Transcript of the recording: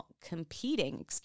competing